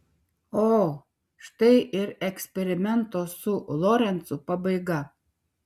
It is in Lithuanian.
o štai ir eksperimento su lorencu pabaiga